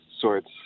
sorts